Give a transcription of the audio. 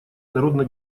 народно